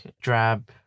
drab